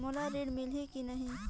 मोला ऋण मिलही की नहीं?